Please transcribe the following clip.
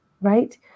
right